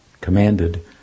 commanded